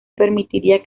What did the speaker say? permitiría